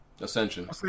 Ascension